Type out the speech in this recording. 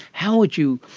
how would you,